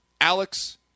Alex